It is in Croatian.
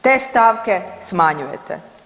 Te stavke smanjujete.